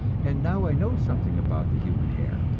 and now i know something about the human hair,